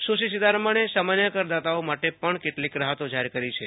સુશ્રી સીતારમણે સામાન્ય કરદાતાઓ માટે પણ કેટલીક રાહતો જાહેર કરી છે